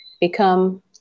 become